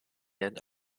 end